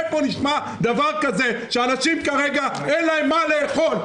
איפה נשמע דבר כזה, שאנשים כרגע אין להם מה לאכול.